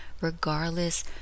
regardless